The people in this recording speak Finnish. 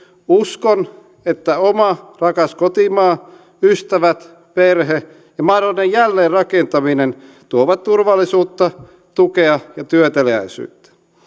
uskon että oma rakas kotimaa ystävät perhe ja mahdollinen jälleenrakentaminen tuovat turvallisuutta tukea ja työteliäisyyttä